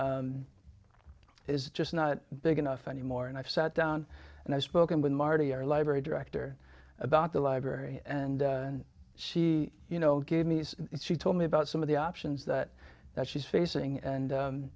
it's just not big enough anymore and i sat down and i've spoken with marty our library director about the library and she you know gave me this and she told me about some of the options that that she's facing and